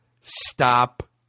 stop